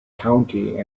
county